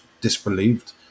disbelieved